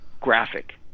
Graphic